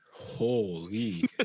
Holy